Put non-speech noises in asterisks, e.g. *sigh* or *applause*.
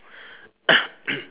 *coughs*